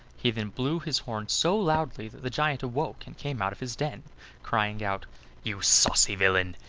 he then blew his horn so loudly that the giant awoke and came out of his den crying out you saucy villain!